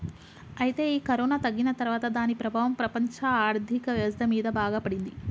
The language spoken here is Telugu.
అయితే ఈ కరోనా తగ్గిన తర్వాత దాని ప్రభావం ప్రపంచ ఆర్థిక వ్యవస్థ మీద బాగా పడింది